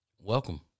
Welcome